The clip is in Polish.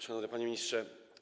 Szanowny Panie Ministrze!